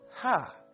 Ha